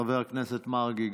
חבר הכנסת מרגי,